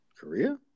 korea